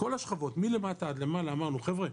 כל השכבות מלמטה עד למעלה, אמרנו 'חבר'ה,